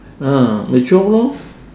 ah there's twelve lor